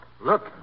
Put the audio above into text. Look